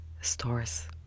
stores